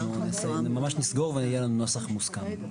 אנחנו ממש נסגור ויהיה לנו נוסח מוסכם.